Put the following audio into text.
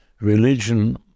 religion